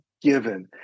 given